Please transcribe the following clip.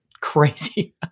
Crazy